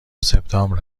سپتامبر